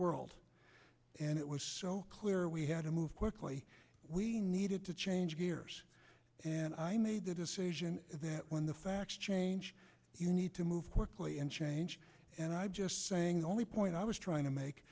world and it was so clear we had to move quickly we needed to change gears and i the decision that when the facts change you need to move quickly and change and i'm just saying the only point i was trying to make